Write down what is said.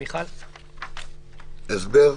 הסבר.